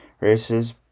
races